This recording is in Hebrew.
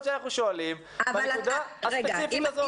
שאנחנו שואלים בנקודה הספציפית הזאת.